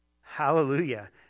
Hallelujah